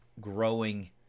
growing